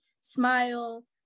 smile